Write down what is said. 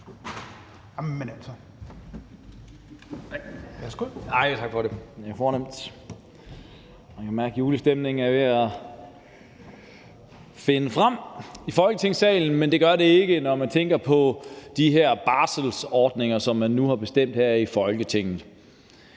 kan mærke, at julestemningen er ved at indfinde sig i Folketingssalen, men det er den ikke, når man tænker på de her barselsordninger, som man nu har besluttet her i Folketinget.